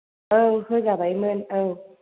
औ होजाबायमोन औ